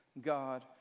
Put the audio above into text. God